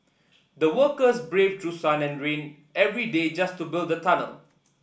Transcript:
the workers braved through sun and rain every day just to build the tunnel